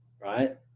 right